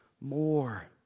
more